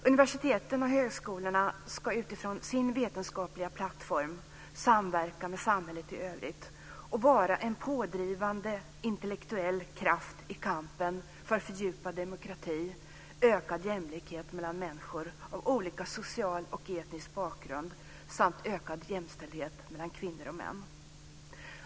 Universiteten och högskolorna ska utifrån sin vetenskapliga plattform samverka med samhället i övrigt och vara en pådrivande intellektuell kraft i kampen för en fördjupad demokrati, ökad jämlikhet mellan människor av olika social och etnisk bakgrund samt ökad jämställdhet mellan kvinnor och män.